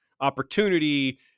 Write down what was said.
opportunity